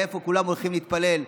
ואיפה כולם הולכים להתפלל.